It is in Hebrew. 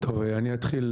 אני אתחיל,